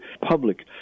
public